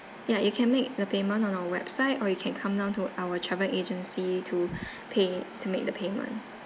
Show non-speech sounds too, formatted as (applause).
ya you can make the payment on our website or you can come down to our travel agency to (breath) pay to make the payment